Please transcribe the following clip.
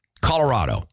Colorado